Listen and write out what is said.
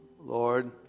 Lord